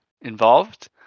involved